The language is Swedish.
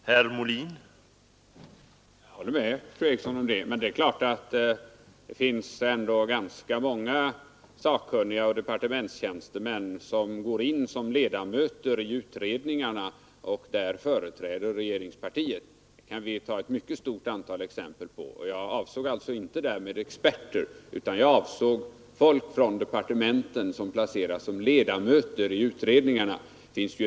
Herr talman! Jag håller med fru Eriksson i Stockholm, men det är klart att det ändå finns ganska många sakkunniga och departements tjänstemän som går in som ledamöter i utredningarna och där företräder regeringspartiet; det kan vi se en stor mängd exempel på. Jag avsåg alltså inte experter, utan jag tänkte på folk från departementen som placeras som ledamöter i utredningarna.